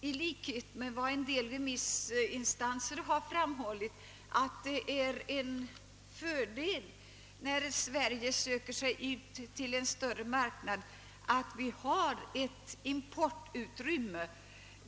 I likhet med vad en del remissinstanser framhållit tror jag att det är en fördel att vi, när Sverige söker sig ut på en större marknad, har ett importutrymme.